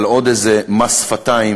על עוד איזה מס שפתיים